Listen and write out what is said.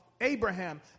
Abraham